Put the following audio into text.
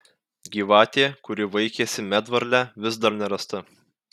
gyvatė kuri vaikėsi medvarlę vis dar nerasta